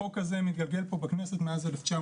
החוק הזה מתגלגל פה בכנסת מאז 1997,